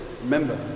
remember